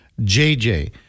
JJ